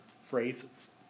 phrases